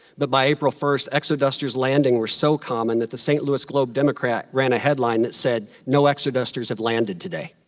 but by april first, exodusters landing were so common that the st. louis globe democrat ran a headline that says no exodusters have landed today.